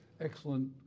excellent